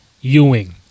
Ewing